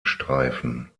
streifen